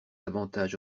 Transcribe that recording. avantages